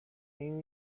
این